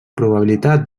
probabilitat